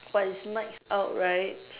but it's nights out right